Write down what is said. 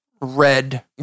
red